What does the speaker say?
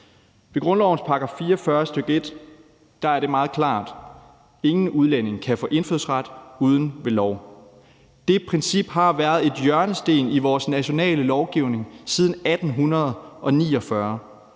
I grundlovens § 44, stk. 1 er det meget klart: Ingen udlænding kan få indfødsret uden ved lov. Det princip har været en hjørnesten i vores nationale lovgivning siden 1849.